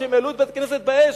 עד שהם העלו את בית-הכנסת באש,